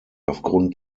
aufgrund